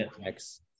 next